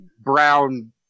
brown